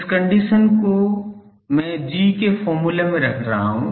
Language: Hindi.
इस कंडीशन को मैं G के फॉर्मूला में रख रहा हूँ